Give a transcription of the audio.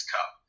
Cup